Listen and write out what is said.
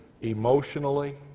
emotionally